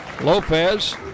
Lopez